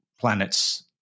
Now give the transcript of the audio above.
planets